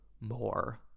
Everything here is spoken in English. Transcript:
more